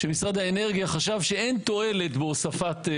משרד האנרגיה חשב שאין תועלת בהוספת,